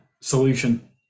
solution